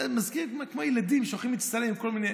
זה כמו הילדים שהולכים להצטלם עם כל מיני,